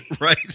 Right